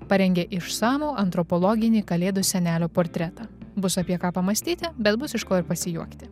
parengė išsamų antropologinį kalėdų senelio portretą bus apie ką pamąstyti bet bus iš ko ir pasijuokti